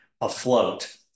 afloat